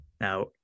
Now